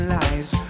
lives